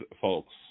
folks